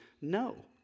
no